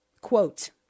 quote